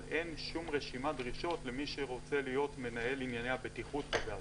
אבל אין שום רשימת דרישות למי שרוצה להיות מנהל ענייני הבטיחות בגז,